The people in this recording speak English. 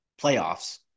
playoffs